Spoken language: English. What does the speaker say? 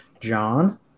John